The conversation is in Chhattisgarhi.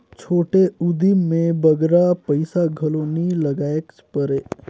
छोटे उदिम में बगरा पइसा घलो नी लगाएक परे